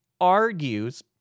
argues